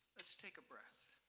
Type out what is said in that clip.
let's take a breath,